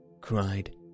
cried